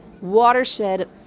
watershed